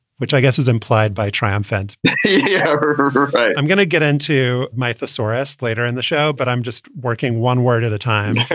which i guess is implied by triumphant yeah herberger. i'm gonna get into my thesaurus later in the show, but i'm just working one word at a time.